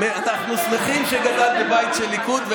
אנחנו שמחים שגדלת בבית של ליכוד.